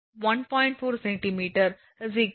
4 செமீ 0